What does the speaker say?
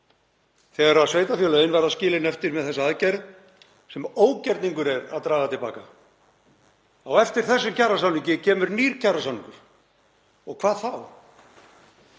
þegar sveitarfélögin verða skilin eftir með þessa aðgerð sem ógerningur er að draga til baka? Á eftir þessum kjarasamningi kemur nýr kjarasamningur og hvað þá?